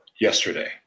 yesterday